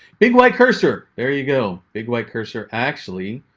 big white cursor. there you go big white cursor actually.